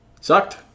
Sucked